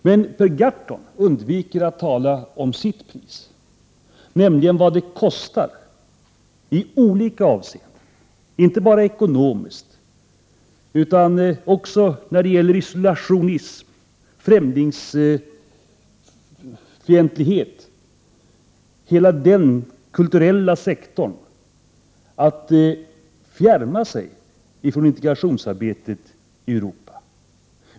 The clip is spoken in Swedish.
Per Gahrton undviker att tala om sitt pris, nämligen vad det kostar i olika avseenden — inte bara ekonomiskt utan också när det gäller isolationism och främlingsfientlighet och för hela den kulturella sektorn — att fjärma sig från integrationsarbetet i Europa.